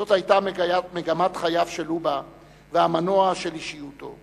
זאת היתה מגמת חייו של לובה והמנוע של אישיותו.